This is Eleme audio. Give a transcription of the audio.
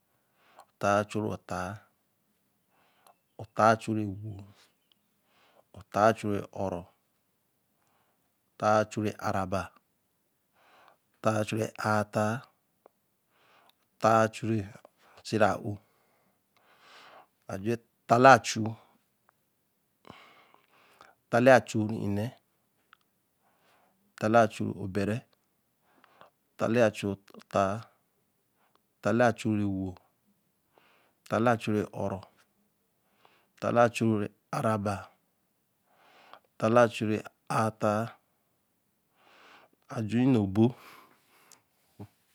Háa chuu ree haa Haa chy ree e-wo Haa chuu ree o-ro Haa chuu ree aa ra ba Haa chuu ree aa Haa haa chu ree sie ra o a ju Haa lee achuu Haa lee a chuu o bere Haa lee a chuu Haa Haa lee a-chu Haa lee Haa lee a-chu ree e-wo Haa lee a-chu ree o-ro Haa lee a-chu ree aa re ba Haa lee a-chu ree aa haa ajur e-nee obo